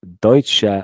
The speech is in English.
Deutsche